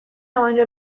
آنجا